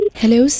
Hello